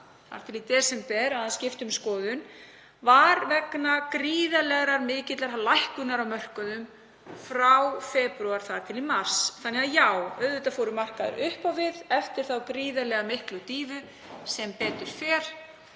þar til í desember að hann skipti um skoðun, var vegna gríðarlega mikillar lækkunar á mörkuðum frá febrúar til mars. Þannig að já, auðvitað fóru markaðir upp á við eftir þá gríðarlega miklu dýfu, sem betur fer,